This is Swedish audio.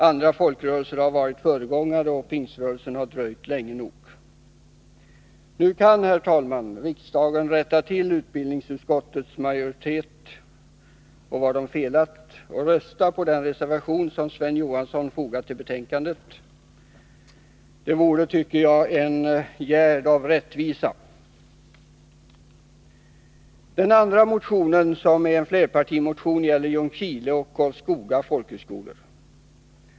Andra folkrörelser har varit föregångare, och Pingströrelsen har dröjt länge nog. Nu kan, herr talman, riksdagen rätta till det fel som utbildningsutskottets majoritet har begått och rösta på den reservation som Sven Johansson har fogat till betänkandet. Det vore, tycker jag, en gärd av rättvisa. Den andra motionen, som är en flerpartimotion, gäller Ljungskile och Karlskoga folkhögskolor.